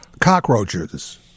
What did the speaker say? Cockroaches